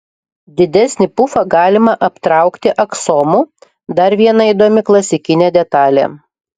didesnį pufą galima aptraukti aksomu dar viena įdomi klasikinė detalė